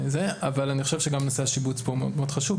אבל אני חושב שגם נושא השיבוץ הוא מאוד חשוב,